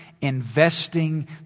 investing